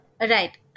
Right